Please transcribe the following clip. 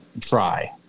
try